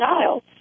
child